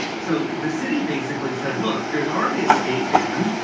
so the city basically said look there's already a state ban.